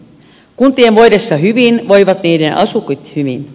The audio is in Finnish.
kuntien voidessa hyvin voivat niiden asukit hyvin